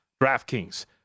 DraftKings